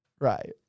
Right